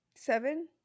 seven